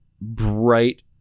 bright